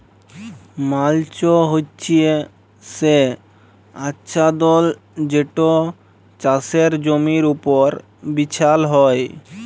mulch হছে সে আচ্ছাদল যেট চাষের জমির উপর বিছাল হ্যয়